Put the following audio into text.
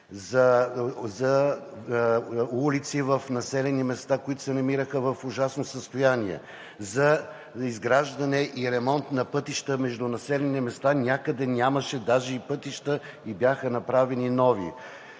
за улици в населени места, които се намираха в ужасно състояние; за изграждане и ремонт на пътища между населени места – някъде нямаше даже и пътища и бяха направени нови.